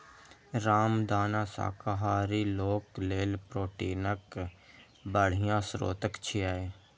रामदाना शाकाहारी लोक लेल प्रोटीनक बढ़िया स्रोत छियै